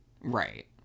Right